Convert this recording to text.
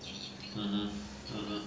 mmhmm mmhmm